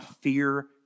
fear